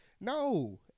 No